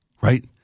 right